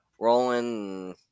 rolling